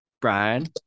Brian